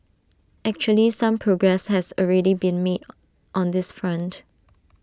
actually some progress has already been made on this front